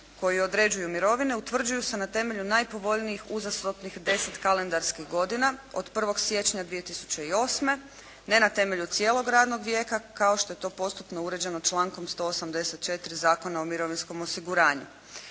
koji određuju mirovine utvrđuju se na temelju najpovoljnijih uzastopnih deset kalendarskih godina od 1. siječnja 2008. ne na temelju cijelog radnog vijeka kao što je to postupno uređeno člankom 184. Zakona o mirovinskom osiguranju.